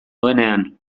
duenean